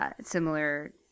similar